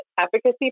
efficacy